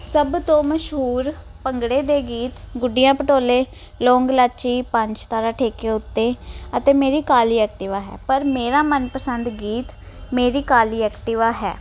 ਸਭ ਤੋਂ ਮਸ਼ਹੂਰ ਭੰਗੜੇ ਦੇ ਗੀਤ ਗੁੱਡੀਆਂ ਪਟੋਲੇ ਲੌਂਗ ਲਾਚੀ ਪੰਜ ਤਾਰਾ ਠੇਕੇ ਉੱਤੇ ਅਤੇ ਮੇਰੀ ਕਾਲੀ ਐਕਟੀਵਾ ਹੈ ਪਰ ਮੇਰਾ ਮਨ ਪਸੰਦ ਗੀਤ ਮੇਰੀ ਕਾਲੀ ਐਕਟੀਵਾ ਹੈ